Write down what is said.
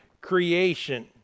creation